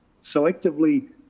selectively,